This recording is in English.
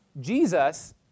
Jesus